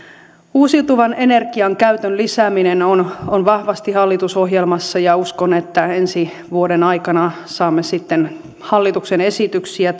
uusiutuvan energian käytön lisääminen on on vahvasti hallitusohjelmassa ja uskon että ensi vuoden aikana saamme sitten hallituksen esityksiä